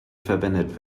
verwendet